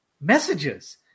messages